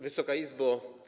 Wysoka Izbo!